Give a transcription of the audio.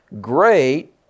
great